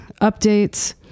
updates